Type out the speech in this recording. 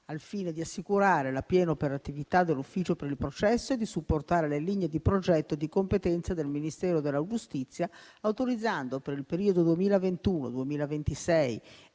Al fine di assicurare la piena operatività dell'ufficio per il processo e di supportare le linee di progetto di competenza del Ministero della giustizia, ha autorizzato, per il periodo 2021-2026